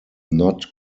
not